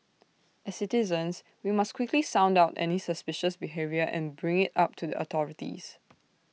as citizens we must quickly sound out any suspicious behaviour and bring IT up to the authorities